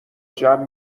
جمع